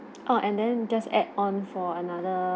oh and then just add on for another